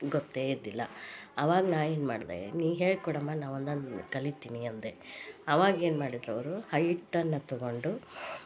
ಗೊತ್ತೇ ಇದ್ದಿಲ್ಲ ಆವಾಗ ನಾ ಏನು ಮಾಡ್ದೆ ನೀ ಹೇಳ್ಕೊಡಮ್ಮ ನಾ ಒಂದೊಂದು ಕಲಿತೀನಿ ಅಂದೆ ಅವಾಗ ಏನು ಮಾಡಿದರು ಅವರು ಹೈಟಲ್ ಹತ್ಕೊಂಡು